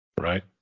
right